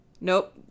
Nope